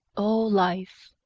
all life,